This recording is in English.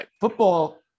football